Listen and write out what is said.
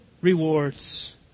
rewards